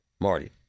Marty